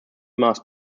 mass